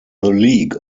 league